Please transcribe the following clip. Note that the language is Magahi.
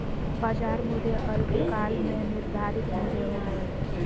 बाजार मूल्य अल्पकाल में निर्धारित मूल्य होबो हइ